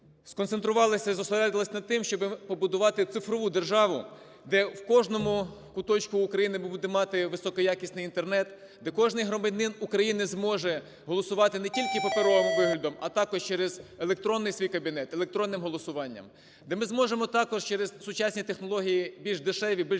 сконцентрувалися і зосередилися над тим, щоб побудувати цифрову державу, де в кожному куточку України будемо мати високоякісний Інтернет, де кожний громадянин України зможе голосувати не тільки паперовим виглядом, а також через електронний свій кабінет, електронним голосуванням, де ми зможемо також через сучасні технології, більш дешеві, більш захищені,